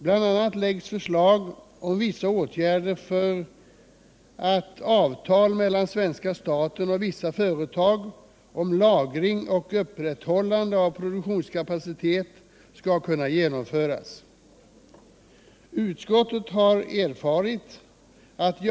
Bl.a. läggs förslag om vissa åtgärder för att avtal mellan svenska staten och vissa företag om lagring och upprätthållande av produktionskapacitet skall kunna genomföras.